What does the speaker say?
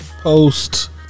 Post